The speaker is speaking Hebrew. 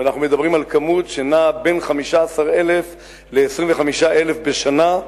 ואנחנו מדברים על כמות שנעה בין 15,000 ל-25,000 בשנה,